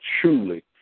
truly